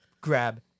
grab